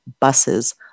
buses